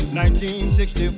1960